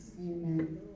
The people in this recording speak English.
Amen